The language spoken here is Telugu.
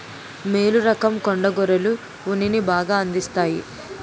మేలు రకం కొండ గొర్రెలు ఉన్నిని బాగా అందిస్తాయి